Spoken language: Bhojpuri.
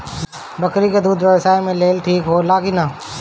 बकरी के दूध स्वास्थ्य के लेल ठीक होला कि ना?